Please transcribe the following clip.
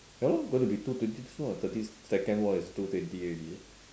ya lor going to be two twenty soon [what] thirty second more is two twenty already